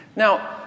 Now